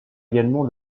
également